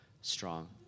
strong